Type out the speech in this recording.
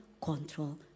control